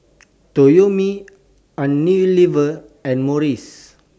Toyomi Unilever and Morries